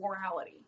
morality